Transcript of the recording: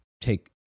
take